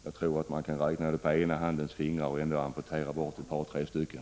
Jag tror att man kan räkna de fallen på ena handens fingrar och ändå amputera bort ett par tre stycken.